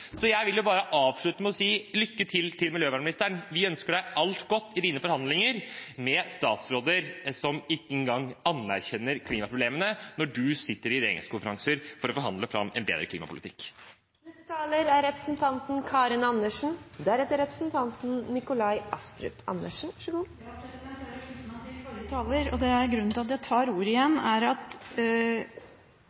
Så jeg vil bare avslutte med å si lykke til til miljøvernministeren. Vi ønsker deg alt godt i dine forhandlinger, med statsråder som ikke engang anerkjenner klimaproblemene, når du sitter i regjeringskonferanser for å forhandle fram en bedre klimapolitikk. Jeg vil slutte meg til forrige taler. Grunnen til at jeg tar ordet igjen,